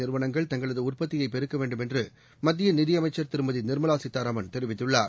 நிறுவனங்கள் தங்களது உற்பத்தியைப் பெருக்க வேண்டும் என்று மத்திய நிதியமைச்சர் திருமதி நிர்மவா சீதாராமன் தெரிவித்துள்ளார்